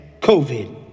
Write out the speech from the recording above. COVID